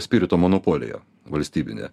spirito monopolija valstybinė